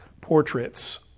portraits